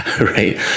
right